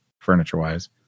furniture-wise